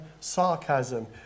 sarcasm